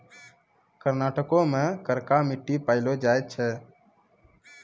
कर्नाटको मे करका मट्टी पायलो जाय छै